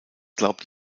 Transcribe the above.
glaubt